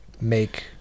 make